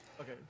Okay